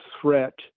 threat